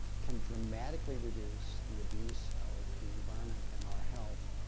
can dramatically reduce the abuse of the environment and our health,